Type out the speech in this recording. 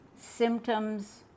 Symptoms